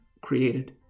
created